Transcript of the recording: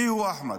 מיהו אחמד?